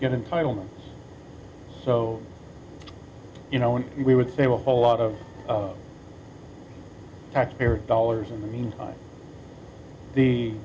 get in title so you know and we would save a whole lot of taxpayer dollars in the meantime the